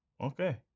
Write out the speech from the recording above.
okay